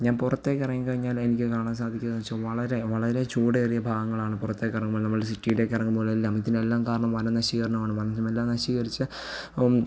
ഞാൻ പുറത്തേക്ക് ഇറങ്ങി കഴിഞ്ഞാൽ എനിക്ക് കാണാൻ സാധിക്കുന്നത് വെച്ചാൽ വളരെ വളരെ ചൂടേറിയ ഭാഗങ്ങളാണ് പുറത്തേക്ക് ഇറങ്ങുമ്പോൾ നമ്മൾ സിറ്റിയിലേക്ക് ഇറങ്ങുമ്പോൾ എല്ലാം ഇതിനെല്ലാം കാരണം വന നശീകരണമാണ് വനമെല്ലാം നശീകരിച്ച